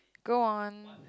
go on